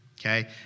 okay